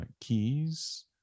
keys